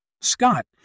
Scott